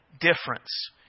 difference